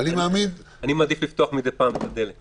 אני מאמין --- אני מעדיף לפתוח מדי פעם את הדלת.